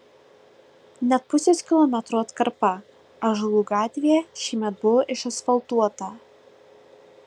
net pusės kilometro atkarpa ąžuolų gatvėje šiemet buvo išasfaltuota